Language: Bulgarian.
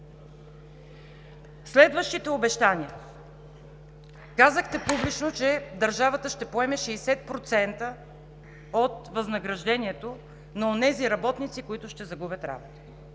Следващите обещания. Казахте публично, че държавата ще поеме 60% от възнаграждението на онези работници, които ще загубят работата